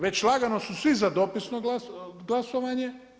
Već lagano su svi za dopisno glasovanje.